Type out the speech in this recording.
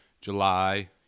July